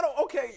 Okay